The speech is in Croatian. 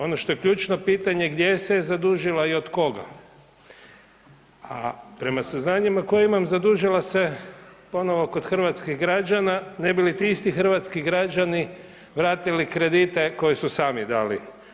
Ono što je ključno pitanje gdje se je zadužila i od koga, a prema saznanjima koja imam zadužila se ponovo kod hrvatskih građana ne bi li ti isti hrvatski građani vratili kredite koje su sami dali.